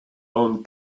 own